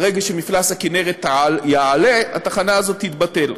ברגע שמפלס הכינרת יעלה, התחנה הזאת תתבטל.